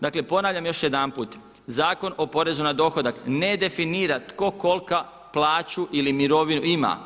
Dakle, ponavljam još jedanput, Zakon o porezu na dohodak ne definira tko koliku plaću ili mirovinu ima.